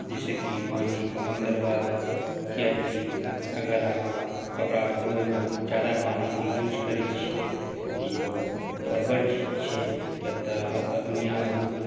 जाहिसँ की पानी कम बर्बाद होयत कियाकि अगर अहाँ कपड़ा धोवैमे ज्यादा पानिके युज करै छी तऽ ई बहुत गड़बड़ चीज छै कियाक तऽ अहाँक दुनिआमे